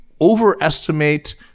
overestimate